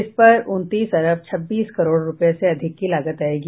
इस पर उनतीस अरब छब्बीस करोड़ रुपये से अधिक की लागत आयेगी